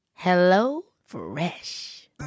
HelloFresh